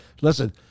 Listen